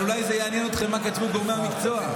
אבל אולי יעניין אתכם מה כתבו גורמי המקצוע.